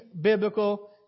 biblical